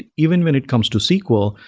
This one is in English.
even when it comes to sql,